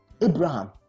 Abraham